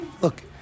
look